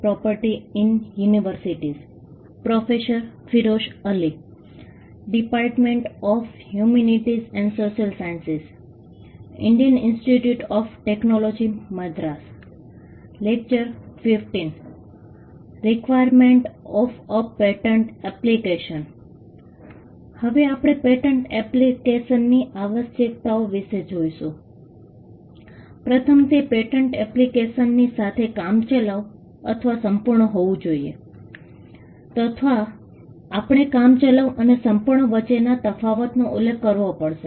પ્રથમ તે પેટન્ટ એપ્લિકેશનની સાથે કામચલાઉ અથવા સંપૂર્ણ હોવું જોઈએ તથા આપણે કામચલાઉ અને સંપૂર્ણ વચ્ચેના તફાવતનો ઉલ્લેખ કરવો પડશે